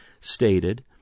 stated